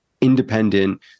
independent